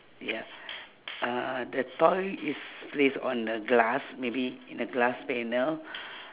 ya uhh the toy is placed on a glass maybe in a glass panel